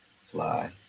fly